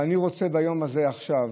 אבל אני רוצה ביום הזה, עכשיו,